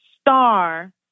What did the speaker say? star